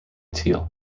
teal